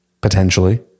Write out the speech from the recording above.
potentially